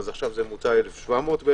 עכשיו כ-1,700.